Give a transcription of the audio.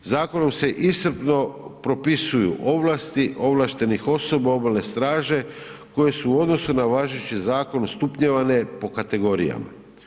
Zakonom se iscrpno propisuju ovlasti ovlaštenih osoba obalne straže koje su u odnosu na važeći zakon stupnjevane po kategorijama.